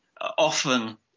Often